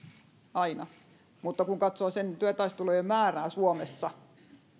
aina mutta kun katsoo työtaistelujen määrää suomessa